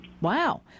Wow